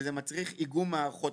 וזה מצריך איגום מערכות.